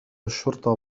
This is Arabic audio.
الشرطة